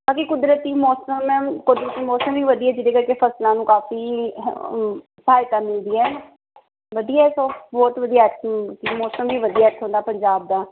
ਬਾਕੀ ਕੁਦਰਤੀ ਮੌਸਮ ਮੈਮ ਕੁਦਰਤੀ ਮੌਸਮ ਵੀ ਵਧੀਆ ਜਿਹਦੇ ਕਰਕੇ ਫਸਲਾਂ ਨੂੰ ਕਾਫੀ ਸਹਾਇਤਾ ਮਿਲਦੀ ਹੈ ਵਧੀਆ ਹੈ ਸੋ ਬਹੁਤ ਵਧੀਆ ਮੌਸਮ ਵੀ ਵਧੀਆ ਇੱਥੋਂ ਦਾ ਪੰਜਾਬ ਦਾ